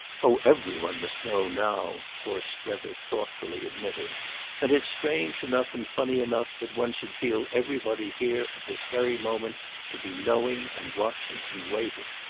oh every one must know now, poor strether thoughtfully admitted and it's strange enough and funny enough that one should feel everybody here at this very moment to be knowing and watching and waiting.